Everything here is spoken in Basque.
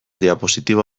diapositiba